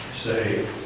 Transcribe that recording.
say